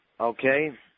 Okay